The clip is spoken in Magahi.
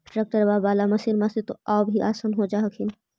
ट्रैक्टरबा बाला मसिन्मा से तो औ भी आसन हो जा हखिन?